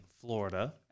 Florida